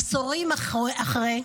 עשורים אחרי,